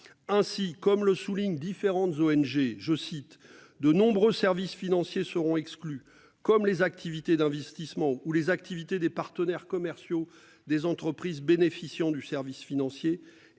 Ainsi, comme le souligne différentes ONG, je cite, de nombreux services financiers seront exclus comme les activités d'investissement ou les activités des partenaires commerciaux des entreprises bénéficiant du service financier.